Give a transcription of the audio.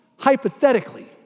Hypothetically